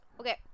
Okay